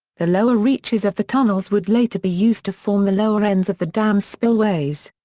the lower reaches of the tunnels would later be used to form the lower ends of the dam's spillways.